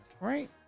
Right